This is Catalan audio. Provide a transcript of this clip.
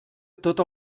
tot